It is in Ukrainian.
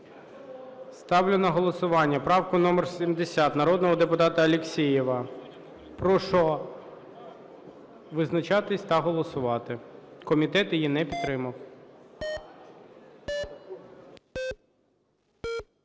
Ставлю на голосування правку номер 70 народного депутата Алєксєєва. Прошу визначатись та голосувати. Комітет її не підтримав.